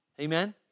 Amen